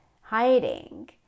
hiding